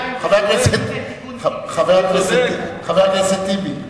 חבר הכנסת טיבי.